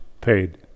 paid